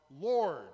Lord